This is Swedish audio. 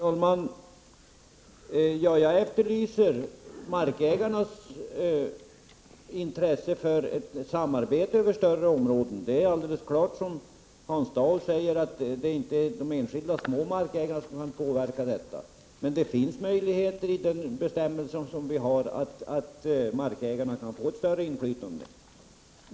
Herr talman! Jag efterlyser markägarnas intresse för ett samarbete över större områden. Det är alldeles riktigt som Hans Dau säger att de enskilda mindre markägarna inte kan påverka detta. Men det finns enligt gällande bestämmelser möjligheter att ge markägarna ett större inflytande.